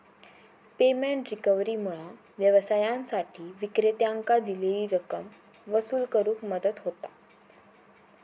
payment रिकव्हरीमुळा व्यवसायांसाठी विक्रेत्यांकां दिलेली रक्कम वसूल करुक मदत होता